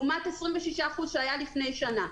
לעומת 26% שהיו לפני שנה.